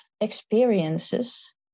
Experiences